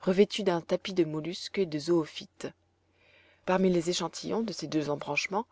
revêtus d'un tapis de mollusques et de zoophytes parmi les échantillons de ces deux embranchements